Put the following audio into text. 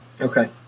Okay